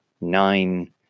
nine